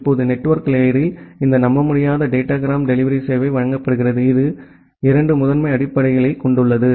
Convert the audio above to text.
இப்போது நெட்வொர்க் லேயரில் இந்த நம்பமுடியாத டேட்டாகிராம் டெலிவரி சேவை வழங்கப்படுகிறது இது 2 முதன்மை அடிப்படைகளைக் கொண்டுள்ளது